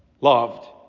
loved